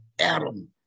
Adam